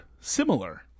similar